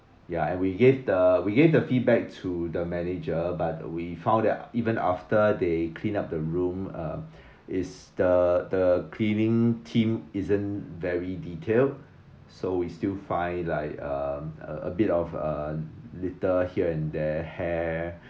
ya and we gave the we gave the feedback to the manager but we found that even after they clean up the room uh is the the cleaning team isn't very detailed so we still find like uh a bit of a little here and there hair